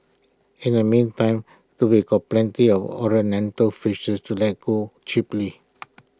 in the meantime plenty of ornamental fishes to let go cheaply